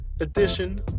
edition